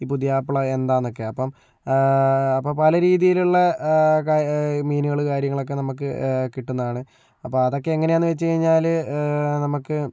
ഈ പുതിയാപ്ല എന്താന്നൊക്കെ അപ്പോൾ അപ്പോൾ പല രീതിയിലുള്ള ക മീനുകള് കാര്യങ്ങള് ഒക്കെ നമുക്ക് കിട്ടുന്നതാണ് അപ്പോൾ അതൊക്കെ എങ്ങനെയാണെന്ന് വെച്ച് കഴിഞ്ഞാല് നമുക്ക്